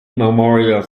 memorial